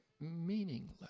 meaningless